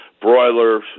broiler